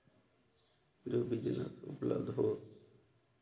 जो बिज़नेस उपलब्ध हो